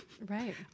right